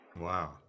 Wow